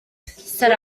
said